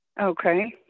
Okay